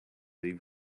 leave